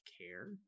care